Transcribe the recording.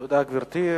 תודה, גברתי.